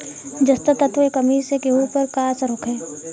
जस्ता तत्व के कमी से गेंहू पर का असर होखे?